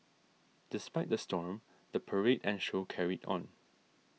despite the storm the parade and show carried on